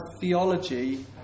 theology